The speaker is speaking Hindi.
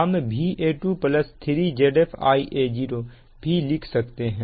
हम Va2 3 Zf Ia0 भी लिख सकते हैं